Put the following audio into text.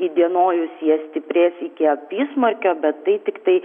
įdienojus jie stiprės iki apysmarkio bet tai tiktai